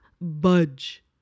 budge